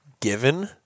given